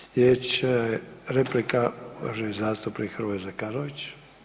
Slijedeća replika uvaženi zastupnik Hrvoje Zekanović.